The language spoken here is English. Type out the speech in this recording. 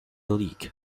league